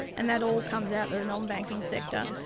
and that all comes out of the non-banking sector.